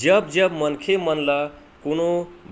जब जब मनखे मन ल कोनो